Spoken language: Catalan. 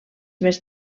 més